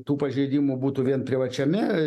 tų pažeidimų būtų vien privačiame